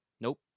nope